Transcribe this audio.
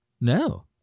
No